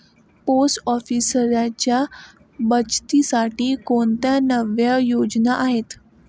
Post ऑफिसच्या बचतीसाठी कोणत्या नव्या योजना आहेत?